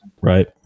right